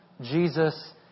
Jesus